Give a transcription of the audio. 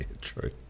true